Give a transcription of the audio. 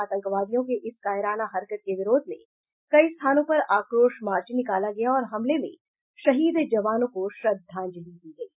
आतंकवादियों के इस कायराना हरकत के विरोध में कई स्थानों पर आक्रोश मार्च निकाला गया और हमले में शहीद जवानों को श्रद्धांजलि दी गयी